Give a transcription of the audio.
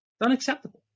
unacceptable